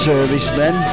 servicemen